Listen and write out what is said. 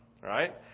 Right